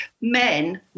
men